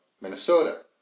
Minnesota